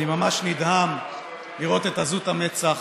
אני ממש נדהם לראות את עזות המצח